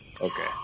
okay